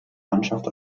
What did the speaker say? mannschaft